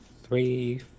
three